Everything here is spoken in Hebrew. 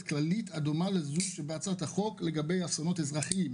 כללית הדומה לזו שבהצעת החוק הנדונה לגבי אסונות אזרחיים.